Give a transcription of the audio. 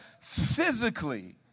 physically